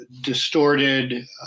distorted